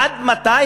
עד מתי